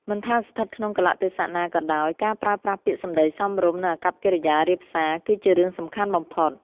មិនថាស្ថិតក្នុងកាលៈទេសៈណាក៏ដោយ ការប្រើប្រាស់ពាក្យសម្ដីសមរម្យ និងអាកប្បកិរិយារាបសារ គឺជារឿងសំខាន់បំផុត។